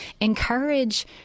Encourage